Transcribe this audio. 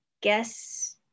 guess